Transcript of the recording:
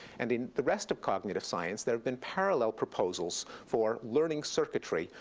and in the rest of cognitive science, there have been parallel proposals for learning circuitry,